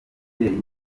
mubyeyi